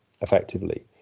effectively